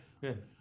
good